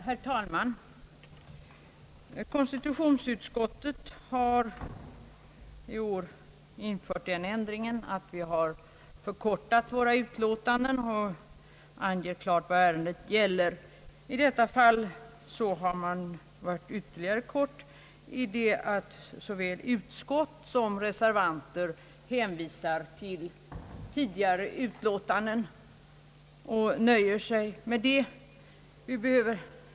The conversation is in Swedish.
Herr talman! Konstitutionsutskottet har i år infört den ändringen att vi förkortat våra utlåtanden och klart anger vad ärendet gäller. I detta fall har kortheten drivits ännu längre, i det att såväl utskott som reservanter hänvisar till tidigare utlåtanden och nöjer sig med det.